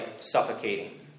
suffocating